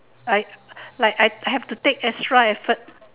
I like I have to take extra effort